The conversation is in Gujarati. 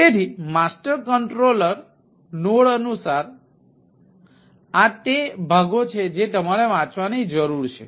તેથી માસ્ટર કન્ટ્રોલર નોડ અનુસાર આ તે ભાગો છે જે તમારે વાંચવાની જરૂર છે